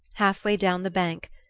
halfway down the bank,